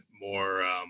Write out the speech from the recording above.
more –